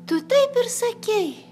tu taip ir sakei